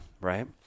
Right